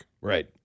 Right